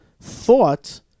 thought